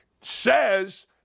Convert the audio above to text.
says